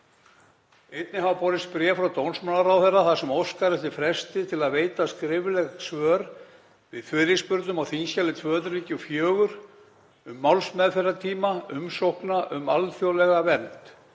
Einnig hafa borist bréf frá dómsmálaráðherra þar sem óskað er eftir fresti til að veita skrifleg svör við fyrirspurnum á þskj. 294, um málsmeðferðartíma umsókna um alþjóðlega vernd,